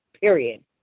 period